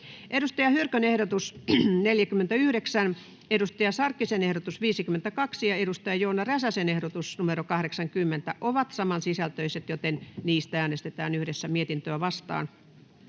Saara Hyrkön ehdotus 40, Hanna Sarkkisen ehdotus 41 ja Joona Räsäsen ehdotus 79 ovat saman sisältöisiä, joten niistä äänestetään yhdessä mietintöä vastaan.